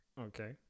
Okay